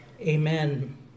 Amen